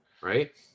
right